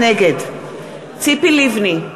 נגד ציפי לבני,